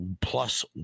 plus